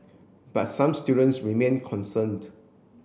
but some students remain concerned